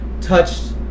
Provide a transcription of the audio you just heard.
touched